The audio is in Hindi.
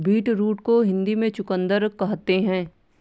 बीटरूट को हिंदी में चुकंदर कहते हैं